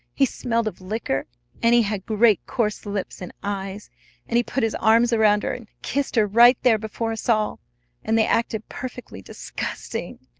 he smelled of liquor and he had great, coarse lips and eyes and he put his arms around her, and kissed her right there before us all and they acted perfectly disgusting!